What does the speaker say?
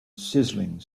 sizzling